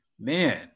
man